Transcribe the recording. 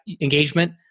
engagement